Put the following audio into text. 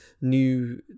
new